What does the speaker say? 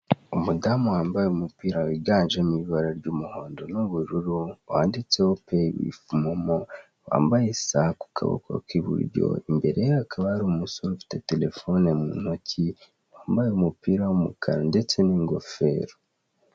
Umudamu wambaye umupira wiganjemo ibara ry'umuhondo n'ubururu wanditseho ishyura ukoresheje momo, wambaye isaha ku kuboko kw'iburyo imbereye hakaba hari umusore ufite telefone mu noki wambaye umupira w'umukara ndetse n'ingofero.